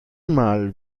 mal